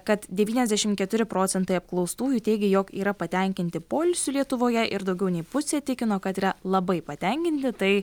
kad devyniasdešim keturi procentai apklaustųjų teigė jog yra patenkinti poilsiu lietuvoje ir daugiau nei pusė tikino kad yra labai patenkinti tai